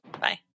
Bye